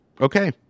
Okay